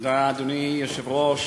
אדוני היושב-ראש,